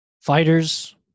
fighters